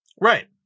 Right